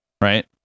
right